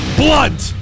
blunt